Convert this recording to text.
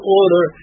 order